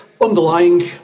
underlying